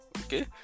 Okay